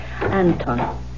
Anton